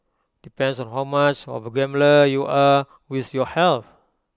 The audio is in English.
depends on how much of A gambler you are with your health